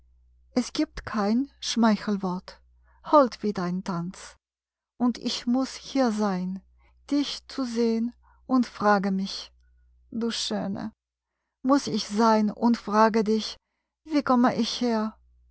es gibt kein schmeichelwort hold wie dein tanz und ich muß hier sein dich zu sehn und frage mich du schöne muß ich sein und frage dich wie komme ich her